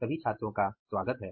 सभी का स्वागत है